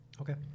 Okay